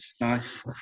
nice